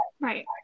Right